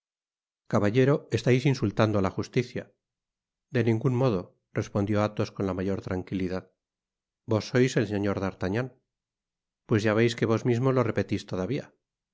cabattero estais insultando á la justicia de ningun modo respondió athos con la mayor tranquilidad vos sois el señor d'artagnan pues ya veis que vos mismo lo repetis todavia